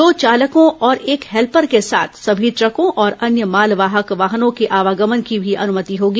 दो चालकों और एक हेल्पर के साथ समी द्रकों और अन्य मालवाहक वाहनों के आवगमन की भी अनुमति होगी